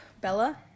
bella